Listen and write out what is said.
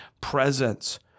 presence